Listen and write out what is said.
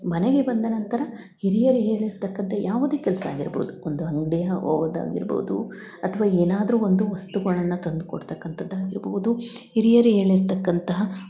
ಮನೆಗೆ ಬಂದ ನಂತರ ಹಿರಿಯರು ಹೇಳಿರತಕ್ಕಂತ ಯಾವುದೆ ಕೆಲಸ ಆಗಿರ್ಬೋದು ಒಂದು ಅಂಗ್ಡಿಗೆ ಹೋಗೋದಾಗಿರ್ಬೋದು ಅಥವಾ ಏನಾದರು ಒಂದು ವಸ್ತುಗಳನ್ನು ತಂದು ಕೊಡ್ತಕಂತದ್ದು ಆಗಿರ್ಬೋದು ಹಿರಿಯರೆ ಹೇಳಿರ್ತಕ್ಕಂತ